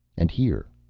and here,